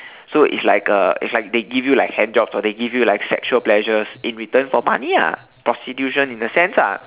so it's like a it's like they give you like hand jobs or they give you like sexual pleasures in return for money ah prostitution in a sense ah